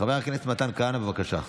חבר הכנסת מתן כהנא, בבקשה.